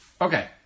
Okay